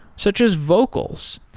such as vocals.